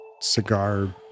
cigar